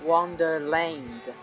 Wonderland